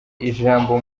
ijambo